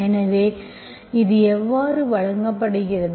எனவே இது எவ்வாறு வழங்கப்படுகிறது